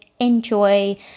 enjoy